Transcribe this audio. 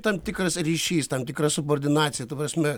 tam tikras ryšys tam tikra subordinacija ta prasme